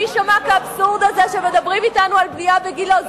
מי שמע כאבסורד הזה שמדברים אתנו על בנייה בגילה?